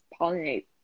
pollinate